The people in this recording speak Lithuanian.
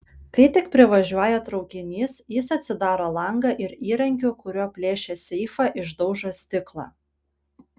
kai tik privažiuoja traukinys jis atsidaro langą ir įrankiu kuriuo plėšė seifą išdaužo stiklą